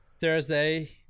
Thursday